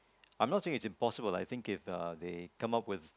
I'm not saying it's impossible I think if uh they come up with